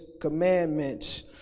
commandments